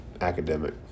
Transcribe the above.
Academic